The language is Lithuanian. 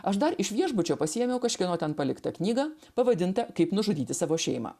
aš dar iš viešbučio pasiėmiau kažkieno ten paliktą knygą pavadintą kaip nužudyti savo šeimą